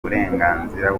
uburenganzira